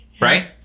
right